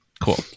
Cool